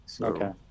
okay